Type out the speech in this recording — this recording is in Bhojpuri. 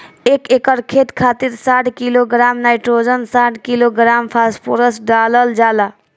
एक एकड़ खेत खातिर साठ किलोग्राम नाइट्रोजन साठ किलोग्राम फास्फोरस डालल जाला?